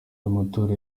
amatora